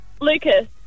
Lucas